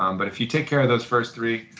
um but if you take care of those first three,